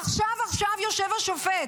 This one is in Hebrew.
עכשיו עכשיו יושב השופט,